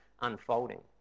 unfolding